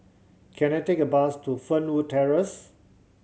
can I take a bus to Fernwood Terrace